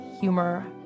humor